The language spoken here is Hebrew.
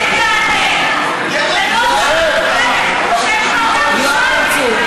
נגד יואב בן צור,